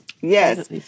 Yes